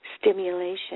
stimulation